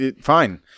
fine